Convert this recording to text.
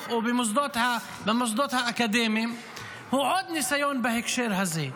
או במוסדות האקדמיים הוא עוד ניסיון בהקשר הזה.